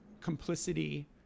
complicity